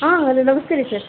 ಹಾಂ ಹಲೋ ನಮಸ್ಕಾರ ಸರ್